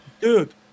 Dude